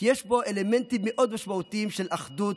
כי יש בו אלמנטים מאוד משמעותיים של אחדות,